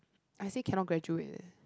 I said cannot graduate leh